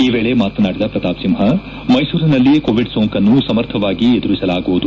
ಈ ವೇಳೆ ಮಾತನಾಡಿದ ಪ್ರತಾಪ್ ಸಿಂಹ ಮೈಸೂರಿನಲ್ಲಿ ಕೋವಿಡ್ ಸೋಂಕನ್ನು ಸಮರ್ಥವಾಗಿ ಎದುರಿಸಲಾಗುವುದು